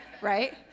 right